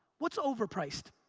what's overpriced?